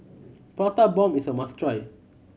Prata Bomb is a must try